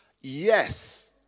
Yes